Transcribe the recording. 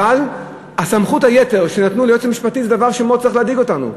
אבל סמכות היתר שנתנו ליועץ המשפטי צריכה להדאיג אותנו מאוד.